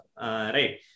right